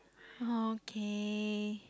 okay